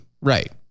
Right